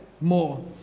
more